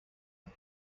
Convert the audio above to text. for